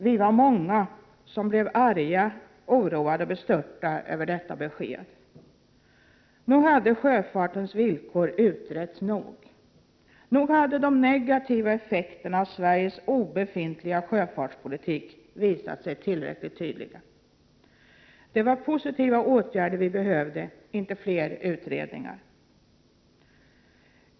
Vi var många som blev arga, oroade och bestörta över detta besked. Nog hade sjöfartens villkor utretts tillräckligt. Nog hade de negativa effekterna av Sveriges obefintliga sjöfartspolitik visat sig tillräckligt tydligt. Det var positiva åtgärder vi behövde, inte fler utredningar.